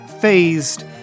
phased